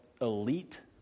elite